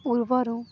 ପୂର୍ବରୁ